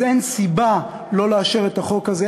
אז אין סיבה שלא לאשר את החוק הזה,